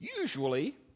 Usually